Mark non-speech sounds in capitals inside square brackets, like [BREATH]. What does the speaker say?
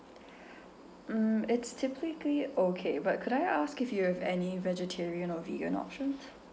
[BREATH] mm it's typically okay but could I ask if you have any vegetarian or vegan options